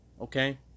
okay